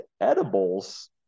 edibles